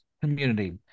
community